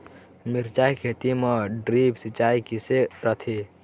मिरचा के खेती म ड्रिप सिचाई किसे रथे?